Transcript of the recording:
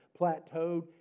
plateaued